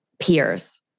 peers